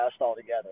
altogether